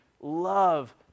love